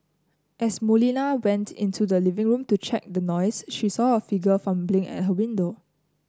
as Molina went into the living room to check out the noise she saw a figure fumbling at her window